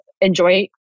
enjoy